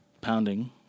pounding